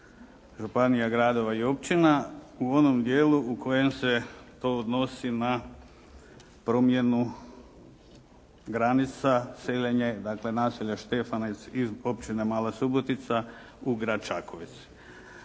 županija, gradova i općina u onom dijelu u kojem se to odnosi na promjenu granica, seljenja dakle naselja Štefanec iz općine Mala Subotica u grad Čakovec.